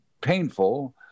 painful